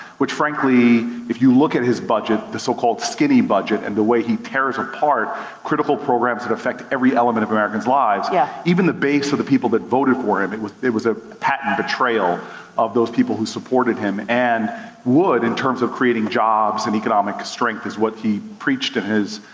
which frankly, if you look at his budget, the so called skinny budget, and the way he tears apart critical programs that affect every element of american's lives, yeah even the base of the people that voted for him, it was it was a patent betrayal of those people who supported him. and would, in terms of creating jobs and economic strength is what he preached in his